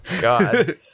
God